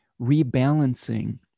rebalancing